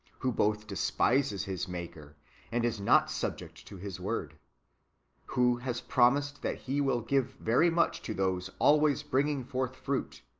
who both despises his maker and is not subject to his word who has promised that he will give very much to those always bringing forth fruit,